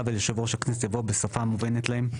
וליושב ראש הכנסת' יבוא 'בשפה מובנת להם'.